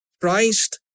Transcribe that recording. Christ